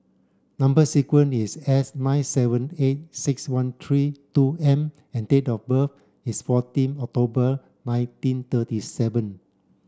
number sequence is S nine seven eight six one three two M and date of birth is fourteen October nineteen thirty seven